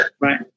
Right